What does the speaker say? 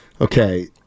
Okay